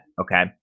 Okay